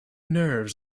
nerves